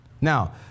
Now